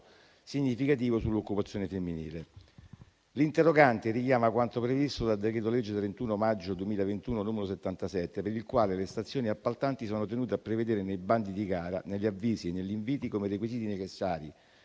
significativo sull'occupazione femminile. L'interrogante richiama quanto previsto dal decreto-legge 31 maggio 2021, n. 77, per il quale le stazioni appaltanti sono tenute a prevedere nei bandi di gara, negli avvisi e negli inviti, come requisiti necessari